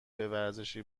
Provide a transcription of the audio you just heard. ورزشی